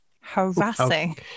harassing